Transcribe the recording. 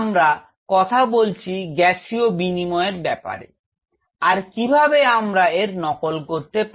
আমরা আজ কথা বলেছি গ্যাসীয় বিনিময়ের ব্যাপারে আর কিভাবে আমরা এর নকল করতে পারি